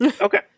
Okay